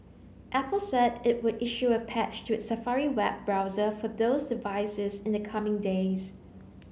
apple said it would issue a patch to its Safari web browser for those devices in the coming days